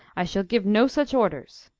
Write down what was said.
i shall give no such orders.